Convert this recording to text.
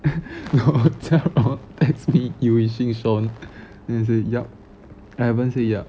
jia wen text me you wishing sean then he say yup I haven't say yup